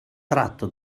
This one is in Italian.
tratto